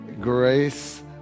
grace